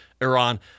Iran